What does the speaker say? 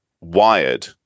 wired